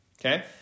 okay